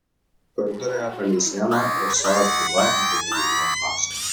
koridoriuje palei sieną riogsojo krūva nereikalingo pašto